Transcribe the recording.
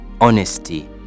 honesty